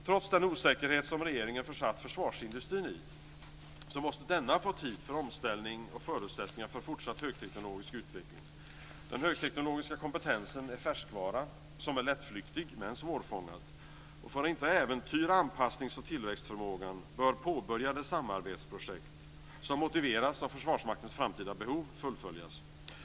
Trots den osäkerhet som regeringen försatt försvarsindustrin i måste denna få tid för omställning och förutsättningar för fortsatt högteknologisk utveckling. Den högteknologiska kompetensen är färskvara som är lättflyktig med svårfångad. För att inte äventyra anpassnings och tillväxtförmågan bör påbörjade samarbetsporjekt, som motiveras av Försvarsmaktens framtida behov, fullföljas.